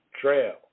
trail